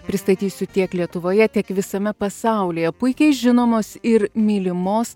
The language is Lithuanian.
pristatysiu tiek lietuvoje tiek visame pasaulyje puikiai žinomos ir mylimos